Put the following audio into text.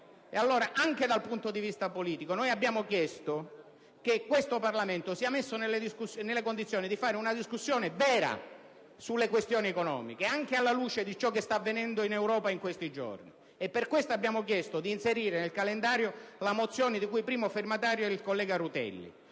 Allora, anche dal punto di vista politico, abbiamo chiesto che il Parlamento sia messo nelle condizioni di svolgere una discussione vera sulle questioni economiche, anche alla luce di quanto sta avvenendo in Europa in questi giorni. Abbiamo quindi chiesto di inserire in calendario la mozione di cui è primo firmatario il collega Rutelli.